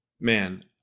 Man